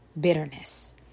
bitterness